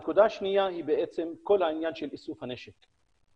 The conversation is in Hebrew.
הנקודה הנוספת היא כל העניין של איסוף הנשק.